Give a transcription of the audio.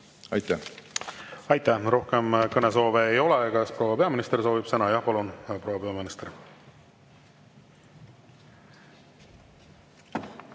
Aitäh! Aitäh! Rohkem kõnesoove ei ole. Kas proua peaminister soovib sõna? Jah, palun, proua peaminister!